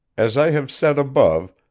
as i have said above,